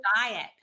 diet